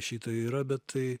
šito yra bet tai